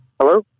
Hello